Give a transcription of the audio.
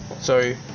Sorry